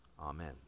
Amen